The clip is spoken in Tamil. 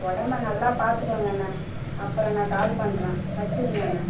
உடம்ப நல்லா பார்த்துக்கோங்கண்ண அப்புறம் நான் கால் பண்ணுறேன் வச்சிருங்கண்ண